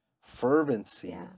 fervency